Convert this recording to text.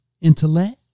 Intellect